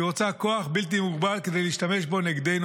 היא רוצה כוח בלתי מוגבל כדי להשתמש בו נגדנו,